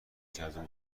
جذب